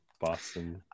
Boston